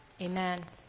Amen